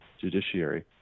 judiciary